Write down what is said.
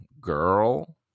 girl